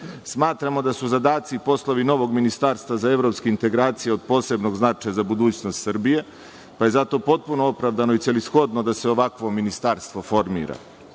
Smatramo da su zadaci i poslovi novog ministarstva za evropske integracije od posebnog značaja za budućnost Srbije, pa je zato potpuno opravdano i celishodno da se ovakvo ministarstvo formira.